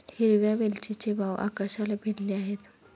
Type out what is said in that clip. हिरव्या वेलचीचे भाव आकाशाला भिडले आहेत